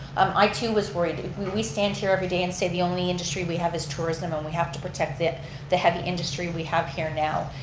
um i too was worried. we we stand here everyday and say the only industry we have is tourism and we have to protect the heavy industry we have here now,